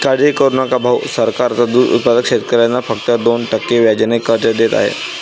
काळजी करू नका भाऊ, सरकार आता दूध उत्पादक शेतकऱ्यांना फक्त दोन टक्के व्याजाने कर्ज देत आहे